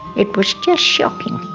it was just shocking.